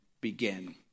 begin